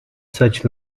such